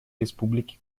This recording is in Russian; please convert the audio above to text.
республики